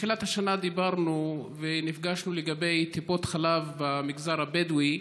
בתחילת השנה נפגשנו ודיברנו לגבי טיפות חלב במגזר הבדואי.